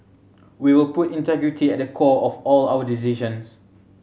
we will put integrity at the core of all our decisions